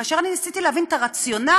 כאשר אני ניסיתי להבין את הרציונל,